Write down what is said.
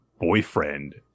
boyfriend